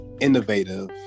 innovative